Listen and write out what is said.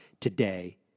today